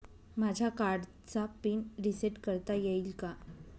माझ्या कार्डचा PIN reset करता येईल का?